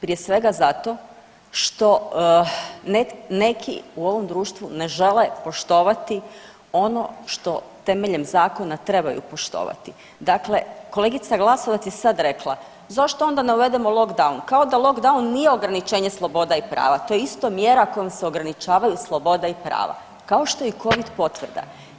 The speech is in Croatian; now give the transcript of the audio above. Prije svega zato što neki u ovom društvu ne žele poštovati ono što temeljem zakona trebaju poštovati, dakle kolegica Glasovac je sad rekla, zašto onda ne uvedemo lockdown, kao da lockdown nije ograničenja sloboda i prava, to je isto mjera kojom se ograničavaju sloboda i prava, kao što je i Covid potvrda.